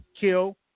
kill